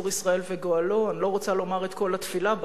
צור ישראל וגואלו" אני לא רוצה לומר את כל התפילה,